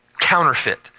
counterfeit